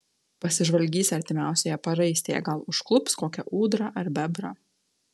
pasižvalgys artimiausioje paraistėje gal užklups kokią ūdrą ar bebrą